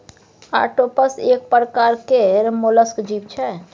octopus एक परकार केर मोलस्क जीव छै